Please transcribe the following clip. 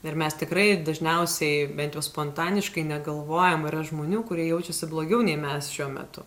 ir mes tikrai dažniausiai bent jau spontaniškai negalvojam yra žmonių kurie jaučiasi blogiau nei mes šiuo metu